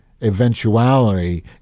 eventuality